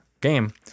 game